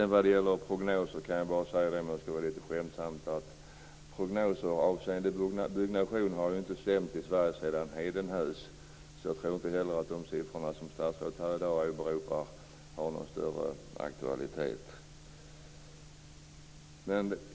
Vad sedan gäller prognoser vill jag bara lite skämtsamt säga att prognoser avseende byggnationer inte har stämt i Sverige sedan hedenhös. Jag tror inte heller att de siffror som statsrådet här i dag åberopar har någon större aktualitet.